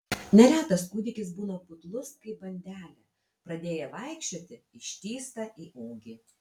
neretas kūdikis būna putlus kaip bandelė pradėję vaikščioti ištįsta į ūgį